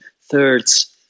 thirds